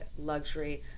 luxury